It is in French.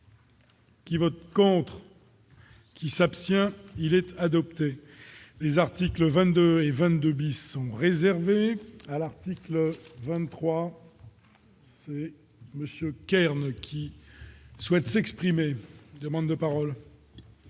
Qui vote contre. Qui s'abstient, il était adopté les articles 22 et 22 bis sont réservés à l'article 23 monsieur Kern, qui souhaite s'exprimer demandes de parole.